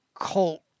cult